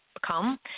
become